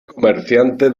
comerciante